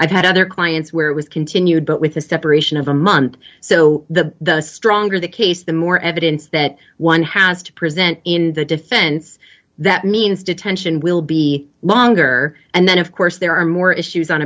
i've had other clients where it was continued but with the separation of a month so the stronger the case the more evidence that one has to present in the defense that means detention will be longer and then of course there are more issues on